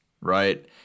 right